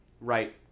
right